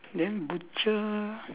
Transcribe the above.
then butcher